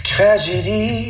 Tragedy